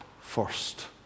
first